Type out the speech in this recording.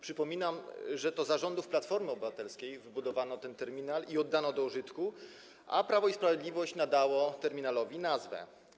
Przypominam, że to za rządów Platformy Obywatelskiej wybudowano ten terminal i oddano go do użytku, a Prawo i Sprawiedliwość nadało mu nazwę.